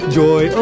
joy